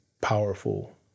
powerful